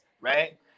right